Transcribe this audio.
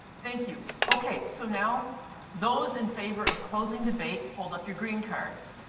thank you. okay, so now those in favor of closing debate, hold up your green cards.